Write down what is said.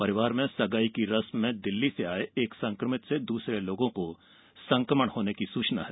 परिवार में सगाई की रश्म में दिल्ली से आये एक संक्रमित से दूसरे लोगों को संक्रमण होने की सूचना है